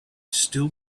still